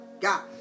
God